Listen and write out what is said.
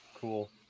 cool